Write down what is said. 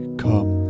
come